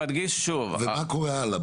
מה קורה הלאה?